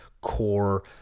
core